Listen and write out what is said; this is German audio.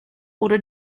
oder